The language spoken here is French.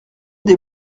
des